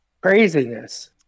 craziness